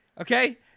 Okay